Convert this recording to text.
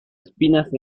espinas